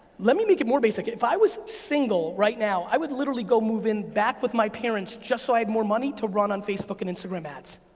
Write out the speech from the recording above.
let me make it more basic. if i was single right now, i would literally go move in back with my parents just so i had more money to run on facebook and instagram ads.